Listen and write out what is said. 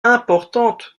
importante